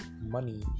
money